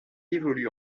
évolue